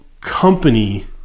company